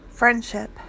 Friendship